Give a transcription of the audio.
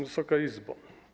Wysoka Izbo!